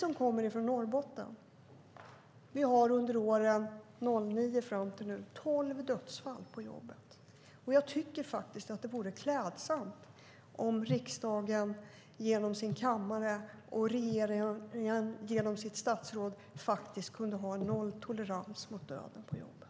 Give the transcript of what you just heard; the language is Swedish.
Vi har i Norrbotten under åren från 2009 till nu haft tolv dödsfall på jobbet. Jag tycker att det vore klädsamt om riksdagen genom sin kammare och regeringen genom sitt statsråd kunde ha nolltolerans mot döden på jobbet.